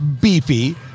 beefy